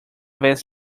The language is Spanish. vez